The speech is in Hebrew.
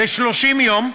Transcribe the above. ב-30 יום,